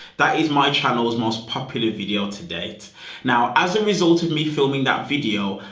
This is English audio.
that is my channel was most popular video today. now, as a result of me filming that video,